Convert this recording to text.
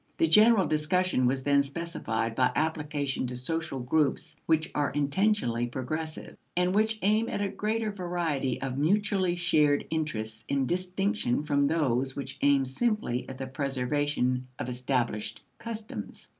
the general discussion was then specified by application to social groups which are intentionally progressive, and which aim at a greater variety of mutually shared interests in distinction from those which aim simply at the preservation of established customs.